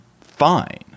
fine